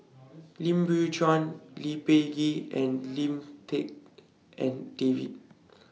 Lim Biow Chuan Lee Peh Gee and Lim Tik En David